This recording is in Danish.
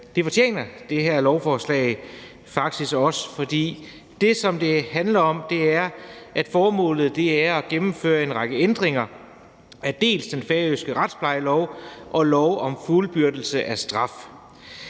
det fortjener det her lovforslag jo faktisk også, for det, som det handler om, er at gennemføre en række ændringer, dels af den færøske retsplejelov, dels af lov om fuldbyrdelse af straf.